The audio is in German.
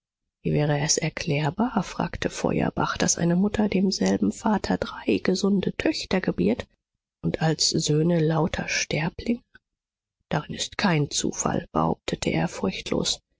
wie wäre es erklärbar fragte feuerbach daß eine mutter demselben vater drei gesunde töchter gebiert und als söhne lauter sterblinge darin ist kein zufall behauptete er